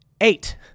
Eight